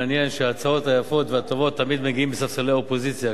מעניין שההצעות היפות והטובות תמיד מגיעות מספסלי האופוזיציה.